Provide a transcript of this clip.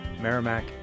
Merrimack